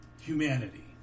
humanity